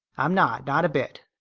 i'm not. not a bit.